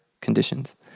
conditions